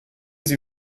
sie